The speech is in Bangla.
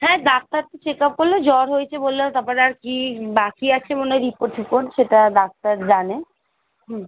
হ্যাঁ ডাক্তার তো চেকআপ করল জ্বর হয়েছে বলল তার পরে আর কী বাকি আছে মনে হয় রিপোর্ট টিপোর্ট সেটা ডাক্তার জানে হুম